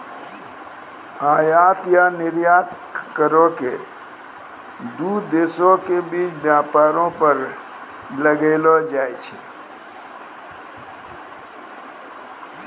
आयात या निर्यात करो के दू देशो के बीच व्यापारो पर लगैलो जाय छै